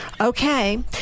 Okay